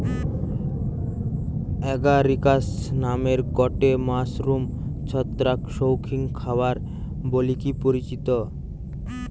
Agaricus নামের গটে mushroom ছত্রাক শৌখিন খাবার বলিকি পরিচিত